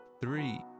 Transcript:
three